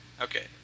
Okay